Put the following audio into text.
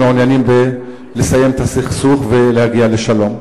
מעוניינים לסיים את הסכסוך ולהגיע לשלום.